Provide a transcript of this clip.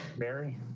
mary